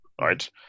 Right